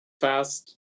fast